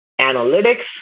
analytics